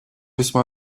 весьма